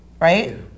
right